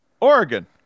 Oregon